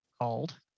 called